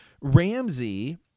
Ramsey